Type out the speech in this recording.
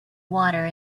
water